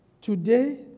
today